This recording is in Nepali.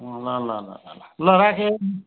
ल ल ल ल ल राखेँ